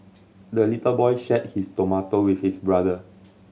the little boy shared his tomato with his brother